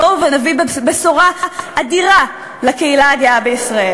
בואו נביא בשורה אדירה לקהילה הגאה בישראל.